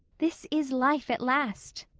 this is life at last.